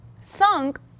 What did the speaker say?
sunk